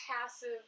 passive